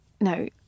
no